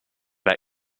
have